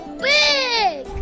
big